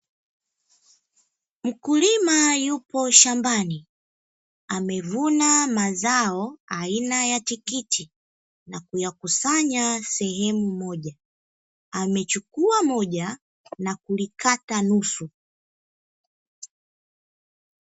Mkulima yupo shambani amevuna mazao aina ya tikiti na kuyakusanya sehemu moja. Mkulima huyo amechukua tikiti mmoja na kulikata nusu.